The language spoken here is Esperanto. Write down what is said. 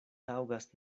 taŭgas